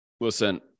listen